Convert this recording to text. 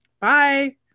bye